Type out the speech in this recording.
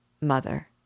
Mother